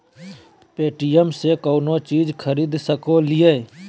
Paytm से कौनो चीज खरीद सकी लिय?